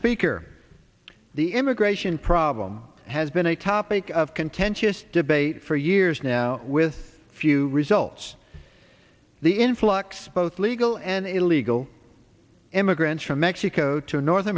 speaker the immigration problem has been a topic of contentious debate for years now with few results the influx both legal and illegal immigrants from mexico to north